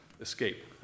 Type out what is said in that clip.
escape